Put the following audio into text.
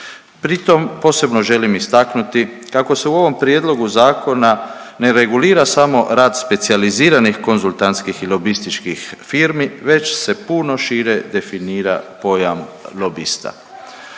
Pri tom posebno želim istaknuti kako se u ovom prijedlogu zakona ne regulira samo rad specijaliziranih konzultantskih i lobističkih firmi već se puno šire definira pojam lobista.